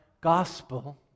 gospel